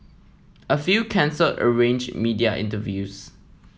a few cancelled arrange media interviews